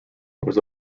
was